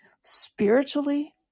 spiritually